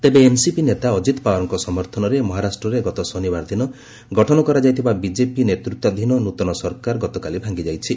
ତେବେ ଏନ୍ସିପି ନେତା ଅଜିତ୍ ପାୱାର୍ଙ୍କ ସମର୍ଥନରେ ସମହାରାଷ୍ଟ୍ରରେ ଗତ ଶନିବାର ଦିନ ଗଠନ କରାଯାଇଥିବା ବିଜେପି ନେତୃତ୍ୱାଧୀନ ନୁତନ ସରକାର ଗତକାଲି ଭାଙ୍ଗିଯାଇଛି